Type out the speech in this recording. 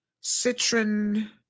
citron